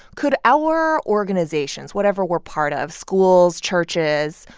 could our organizations, whatever we're part of schools, churches,